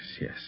yes